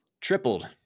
tripled